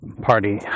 party